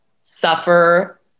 suffer